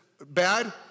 bad